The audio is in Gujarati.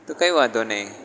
તો કંઈ વાંધો નહીં